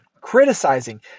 criticizing